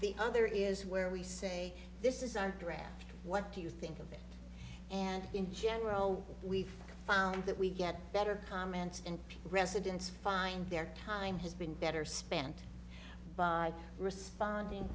the other is where we say this is our draft what do you think of it and in general we've found that we get better comments and residents find their time has been better spent by responding